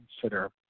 consider